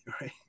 right